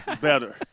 Better